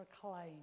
proclaim